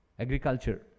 Agriculture